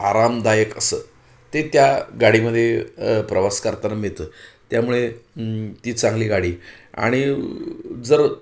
आरामदायक असं ते त्या गाडीमध्ये प्रवास करताना मिळतं त्यामुळे ती चांगली गाडी आणि जर